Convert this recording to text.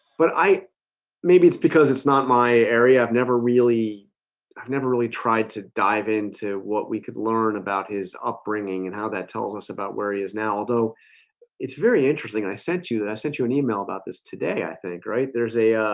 but i made because it's not my area i've never really i've never really tried to dive into what we could learn about his upbringing and how that tells us about where he is now, although it's very interesting. and i sent you that i sent you an email about this today. i think right there's a ah